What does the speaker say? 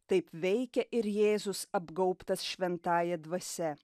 taip veikia ir jėzus apgaubtas šventąja dvasia